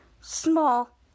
Small